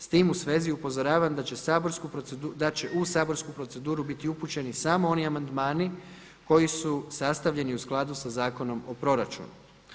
S tim u svezi upozoravam da će u saborsku proceduru biti upućeni samo oni amandmani koji su sastavljeni u skladu sa Zakonom o proračunu.